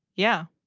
yeah.